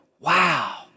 wow